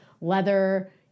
leather